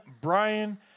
Brian